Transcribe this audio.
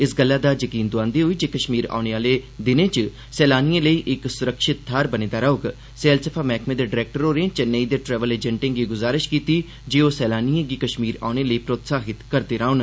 इस गल्लै दा जकीन दोआंदे होई जे कश्मीर औने आह्ले दिनें च सैलानिए लेई इक सुरक्षित थाहर बने दा रौह्ग सैलसफा मैहकमे दे डरैक्टर होरे चेन्नई दे ट्रैवल एजेंटे गी गुजारिश कीती जे ओह् सैलानिएं गी कश्मीर औने लेई प्रोत्साहित करदे रौह्न